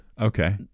Okay